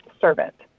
servant